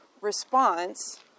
response